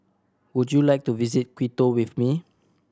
would you like to visit Quito with me